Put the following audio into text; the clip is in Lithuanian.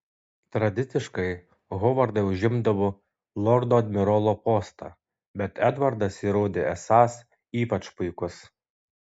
tradiciškai hovardai užimdavo lordo admirolo postą bet edvardas įrodė esąs ypač puikus